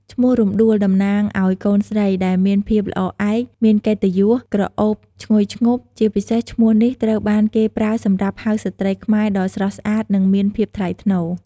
ឈ្មោះរំដួល តំណាងអោយកូនស្រី ដែលមានភាពល្អឯក មានកិត្តិយសក្រអូបឈ្ងុយឈ្ងប់ ជាពិសេសឈ្មោះនេះត្រូវបានគេប្រើសម្រាប់ហៅស្ត្រីខ្មែរដ៏ស្រស់ស្អាត និងមានភាពថ្លៃថ្នូរ។